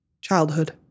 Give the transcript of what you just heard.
childhood